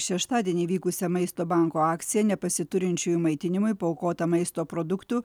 šeštadienį vykusią maisto banko akcija nepasiturinčiųjų maitinimui paaukota maisto produktų